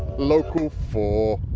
local four.